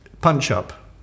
Punch-up